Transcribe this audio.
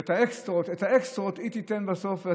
את האקסטרות היא תיתן בסוף.